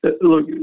look